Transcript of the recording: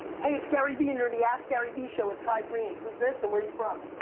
hey it's garyvee and you're on the askgaryvee show with kai greene. who's this and where you from?